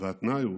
התנאי הוא